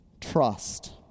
trust